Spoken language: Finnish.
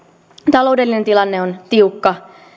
taloudellinen tilanne on tiukka